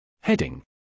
Heading